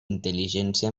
intel·ligència